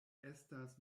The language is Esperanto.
estas